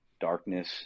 darkness